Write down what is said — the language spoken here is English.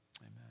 Amen